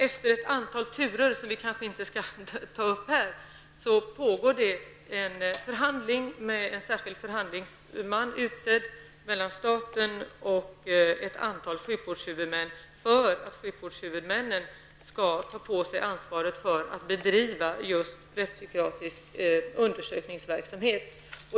Efter ett antal turer, som vi kanske inte skall ta upp här, pågår nu en förhandling under ledning av en särskilt utsedd förhandlingsman. Förhandlingen förs mellan staten och ett antal sjukvårdshuvudmän med sikte på att dessa skall ta på sig ansvaret för att bedriva rättspsykiatrisk undersökningsverksamhet.